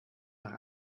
nach